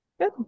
Good